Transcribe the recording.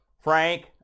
Frank